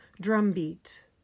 drumbeat